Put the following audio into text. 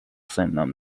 سنم